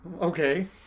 Okay